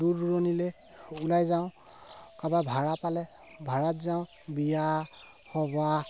দূৰ দূৰণিলৈ ওলাই যাওঁ কাৰোবাৰ ভাড়া পালে ভাড়াত যাওঁ বিয়া সবাহ